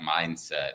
mindset